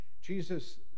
Jesus